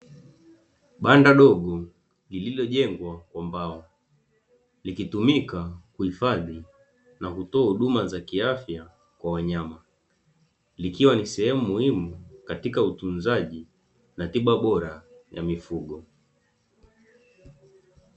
Banda dogo lililojengwa kwa mbao, likitumika kuhifadhi na kutoa huduma za kiafya kwa wanyama, likiwa ni sehemu muhimu katika utunzaji na tiba bora ya mifugo.